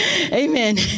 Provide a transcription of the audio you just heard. Amen